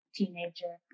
teenager